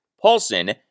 Paulson